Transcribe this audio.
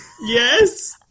yes